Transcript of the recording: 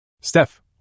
Steph